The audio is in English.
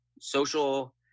social